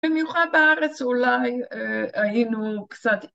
במיוחד בארץ אולי היינו קצת